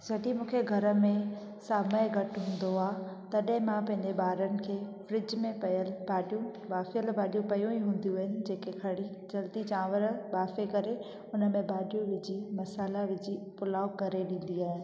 जॾहिं मूंखे घर में समय घटि हूंदो आहे तॾहिं मां पंहिंजे ॿारनि खे फ्रिज में पयल भाॼियूं बासियल भाॼियूं पयूं ई हूंदियूं आहिनि जेके खणी जल्दी चांवर बाफ़े करे उनमें भाॼियूं विझी मसाल विझी पुलाव करे ॾींदी आहियां